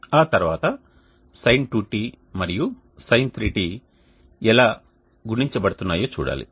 ఆ తర్వాత sin2t మరియు sin3t ఎలా గుణించడబడుతున్నాయో చూడాలి